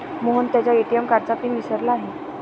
मोहन त्याच्या ए.टी.एम कार्डचा पिन विसरला आहे